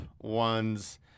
ones